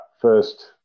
first